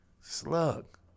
Slug